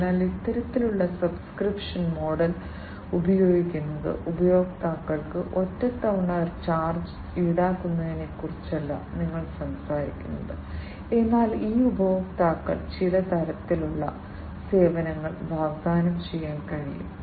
അതിനാൽ ഇത്തരത്തിലുള്ള subscription model ഉപയോഗിക്കുന്നത് ഉപഭോക്താക്കൾക്ക് ഒറ്റത്തവണ ചാർജ് ഈടാക്കുന്നതിനെക്കുറിച്ചല്ല നിങ്ങൾ സംസാരിക്കുന്നത് എന്നാൽ ഈ ഉപഭോക്താക്കൾക്ക് ചില തരത്തിലുള്ള സേവനങ്ങൾ വാഗ്ദാനം ചെയ്യാൻ കഴിയും